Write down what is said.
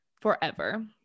forever